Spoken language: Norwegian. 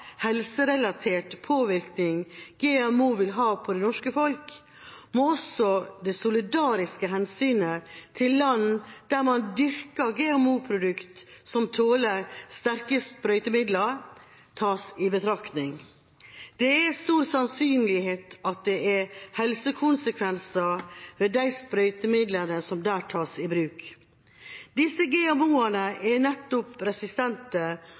helserelatert påvirkning GMO vil ha på det norske folk, må også det solidariske hensynet til land der man dyrker GMO-produkter som tåler sterke sprøytemidler, tas i betraktning. Det er stor sannsynlighet for at det er helsekonsekvenser ved de sprøytemidlene som tas i bruk. Disse GMO-ene er nettopp